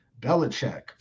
Belichick